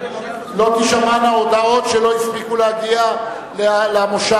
לא תישמענה הודעות שלא הספיקו להגיע למושב.